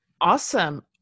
Awesome